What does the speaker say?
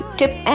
tip